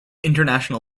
international